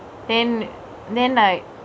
then then like